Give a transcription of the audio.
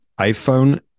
iPhone